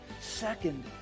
Second